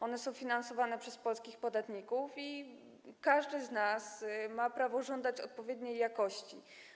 One są finansowane przez polskich podatników i każdy z nas ma prawo żądać odpowiedniej ich jakości.